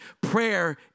Prayer